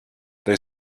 they